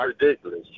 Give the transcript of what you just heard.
ridiculous